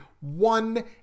one